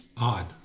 Odd